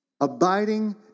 Abiding